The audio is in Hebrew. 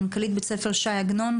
מנכ"לית בית ספר שי עגנון,